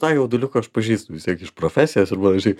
tą jauduliuką aš pažįstu vis tiek iš profesijos pavyzdžiui